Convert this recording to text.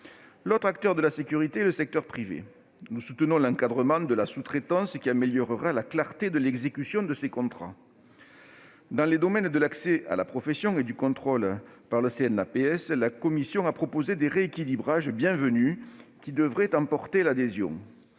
L'autre acteur de la sécurité est le secteur privé. Nous soutenons l'encadrement de la sous-traitance, qui améliorera la clarté de l'exécution de ces contrats. Dans les domaines de l'accès à la profession et du contrôle par le Cnaps, la commission a proposé des rééquilibrages bienvenus, qui devraient emporter l'adhésion.